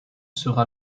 sera